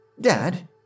Dad